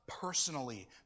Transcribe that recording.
personally